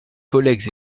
collègues